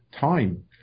time